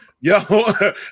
yo